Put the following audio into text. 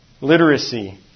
literacy